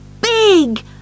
big